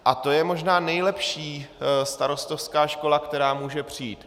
A to je možná nejlepší starostovská škola, která může přijít.